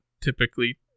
typically